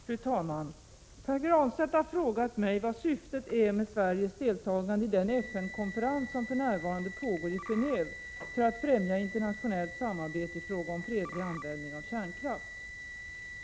Fru talman! Pär Granstedt har frågat mig vad syftet är med Sveriges deltagande i den FN-konferens som för närvarande pågår i Genéve för att främja internationellt samarbete i fråga om fredlig användning av kärnkraft.